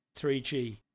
3G